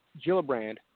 Gillibrand